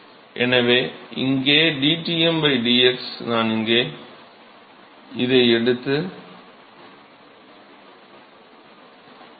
எனவே dTm dx நான் இங்கே இதை எடுக்க மறந்துவிட்டேன்